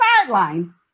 sideline